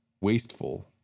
wasteful